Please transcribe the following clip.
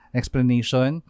explanation